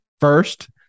first